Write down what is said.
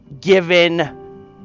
given